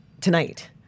tonight